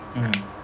mm